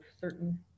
certain